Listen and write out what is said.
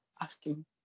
asking